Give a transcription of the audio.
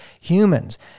humans